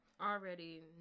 Already